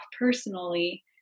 personally